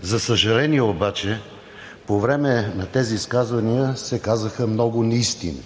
За съжаление обаче, по време на тези изказвания се казаха много неистини,